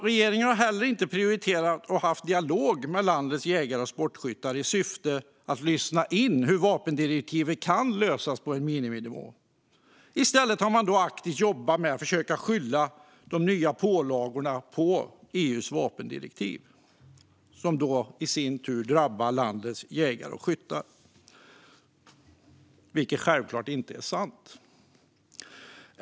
Regeringen har heller inte prioriterat att ha en dialog med landets jägare och sportskyttar i syfte att lyssna in hur vapendirektivet kan lösas på en miniminivå. I stället har man aktivt jobbat med att försöka skylla de nya pålagorna på EU:s vapendirektiv, vilket självklart inte varit sanningsenligt. Detta drabbar i sin tur landets jägare och skyttar.